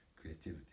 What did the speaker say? creativity